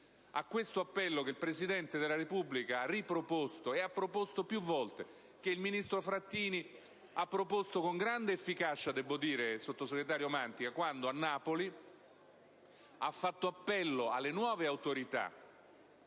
all'appello che il Presidente della Repubblica ha riproposto più volte, e che il ministro Frattini ha rinnovato con grande efficacia, sottosegretario Mantica, quando a Napoli ha fatto appello alle nuove autorità